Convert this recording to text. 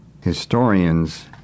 Historians